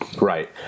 Right